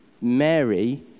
Mary